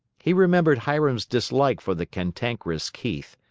he remembered hiram's dislike for the cantankerous keith.